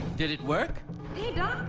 did it work?